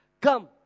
come